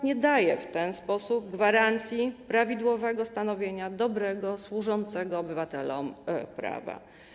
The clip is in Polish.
Nie daje w ten sposób gwarancji prawidłowego stanowienia dobrego, służącego obywatelom prawa.